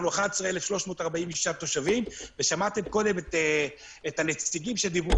אנחנו 11,346 תושבים ושמעתם קודם את הנציגים שדיברו